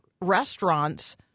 restaurants